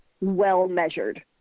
well-measured